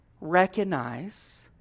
recognize